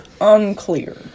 unclear